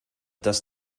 das